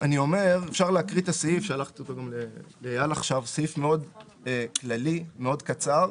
אפשר להקריא את הסעיף שהוא מאוד כללי וקצר.